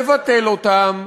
לבטל אותם,